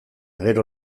gero